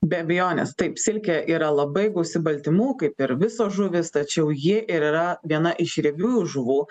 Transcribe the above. be abejonės taip silkė yra labai gausi baltymų kaip ir visos žuvys tačiau ji ir yra viena iš riebiųjų žuvų